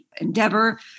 endeavor